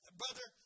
brother